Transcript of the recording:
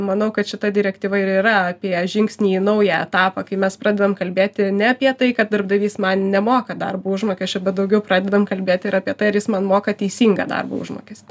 manau kad šita direktyva ir yra apie žingsnį į naują etapą kai mes pradedam kalbėti ne apie tai kad darbdavys man nemoka darbo užmokesčio bet daugiau pradedam kalbėti ir apie tai ar jis man moka teisingą darbo užmokestį